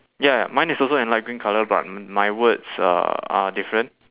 ya mine is also in light green colour but m~ my words are are different